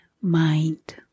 mind